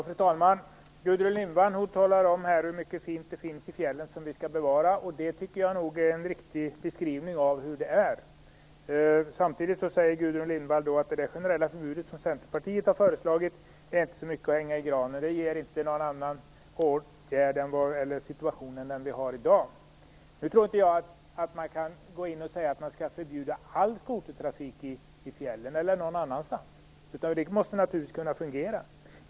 Fru talman! Gudrun Lindvall talar om hur mycket fint det finns i fjällen som vi skall bevara, och det tycker jag nog är en riktig beskrivning av hur det är. Samtidigt säger Gudrun Lindvall att det generella förbud som Centerpartiet har föreslagit inte är så mycket att hänga i granen. Det ger inte just någon annan situation än den vi har i dag. Nu tror inte jag att man kan gå in och säga att man skall förbjuda all skotertrafik i fjällen eller någon annanstans. Trafiken måste naturligtvis kunna fungera.